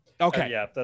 Okay